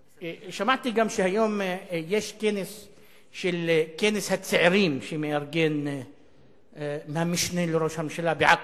שמעתי גם שמחר יש כנס הצעירים שמארגן המשנה לראש הממשלה בעכו,